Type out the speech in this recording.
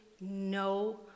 no